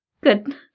good